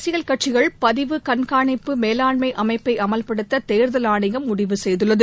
அரசியல் கட்சிகள் பதிவு கண்காணிப்பு மேலாண்மை அமைப்பை அமல்படுத்த தேர்தல் ஆணையம் முடிவு செய்துள்ளது